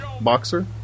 boxer